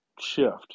shift